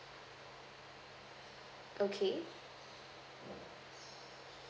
okay